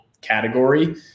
category